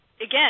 Again